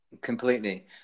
Completely